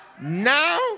now